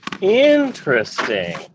Interesting